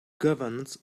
governs